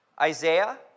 Isaiah